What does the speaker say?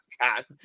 god